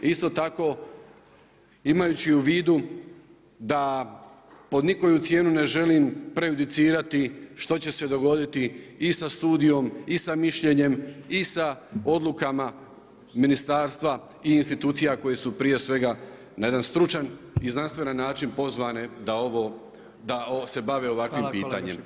Isto tako imajući u vidu da pod nikoju cijenu ne želim prejudicirati što će se dogoditi i sa studijom i sa mišljenjem i sa odlukama ministarstva i institucija koje su prije svega na jedan stručan i znanstven način pozvane da ovo, da se bave ovakvim pitanjem.